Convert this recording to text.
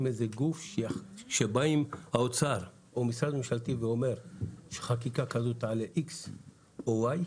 גוף שכשבא משרד האוצר או משרד ממשלתי אחר ואומר שחקיקה תעלה כך וכך,